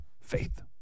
Faith